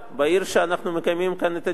בעיר שאנחנו מקיימים בה את הדיון,